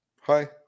Hi